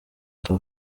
ejo